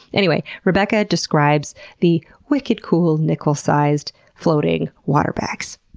anyway, rebecca describes the wicked cool nickel-sized floating water bags.